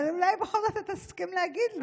אבל אולי בכל זאת אתה תסכים להגיד לי.